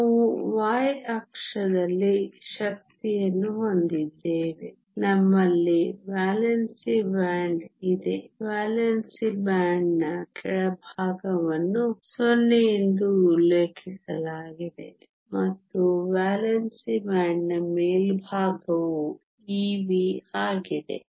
ನಾವು ವೈ ಅಕ್ಷದಲ್ಲಿ ಶಕ್ತಿಯನ್ನು ಹೊಂದಿದ್ದೇವೆ ನಮ್ಮಲ್ಲಿ ವೇಲೆನ್ಸಿ ಬ್ಯಾಂಡ್ ಇದೆ ವೇಲೆನ್ಸಿ ಬ್ಯಾಂಡ್ನ ಕೆಳಭಾಗವನ್ನು 0 ಎಂದು ಉಲ್ಲೇಖಿಸಲಾಗಿದೆ ಮತ್ತು ವೇಲೆನ್ಸಿ ಬ್ಯಾಂಡ್ನ ಮೇಲ್ಭಾಗವು Ev ಆಗಿದೆ